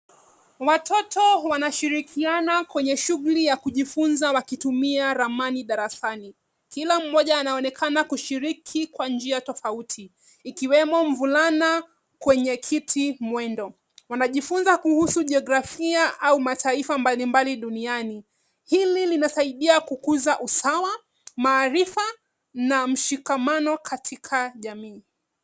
Watoto wanashirikiana kwenye shuguli ya kujifunza wakitumia ramani darasani. Kila moja anaonekana kushiriki kwenye kwa njia tofauti ikiwemo mvulana kwenye kiti mwendo. Wanajifunza kuhusu jografia au mataifa mbalimbali duniani. Hili linasaidia kukuza usawa, maarifa na mshikamano katika jamii.